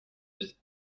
vie